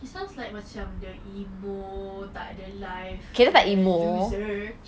it sounds like macam dia emo tak ada life a loser